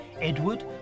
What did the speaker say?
Edward